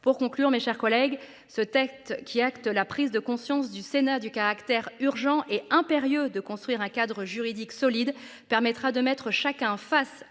pour conclure, mes chers collègues. Ce texte qui acte la prise de conscience du Sénat du caractère urgent et impérieux de construire un cadre juridique solide permettra de mettre chacun face à ses obligations